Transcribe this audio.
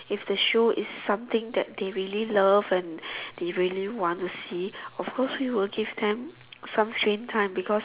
if the show is something that they really love and they really want to see of course you will give them some screen time because